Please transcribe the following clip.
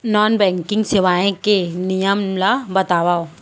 Non banking सेवाएं के नियम ला बतावव?